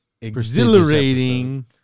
exhilarating